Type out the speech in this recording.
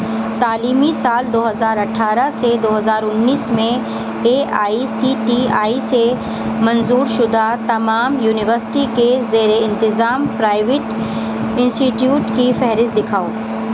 تعلیمی سال دو ہزار اٹھارہ سے دو ہزار انیس میں A I C T I سے منظور شدہ تمام یونیورسٹی کے زیر انتظام پرائیویٹ انسٹیٹیوٹ کی فہرست دکھاؤ